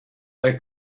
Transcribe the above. they